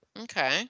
okay